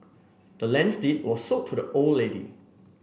the land's deed was sold to the old lady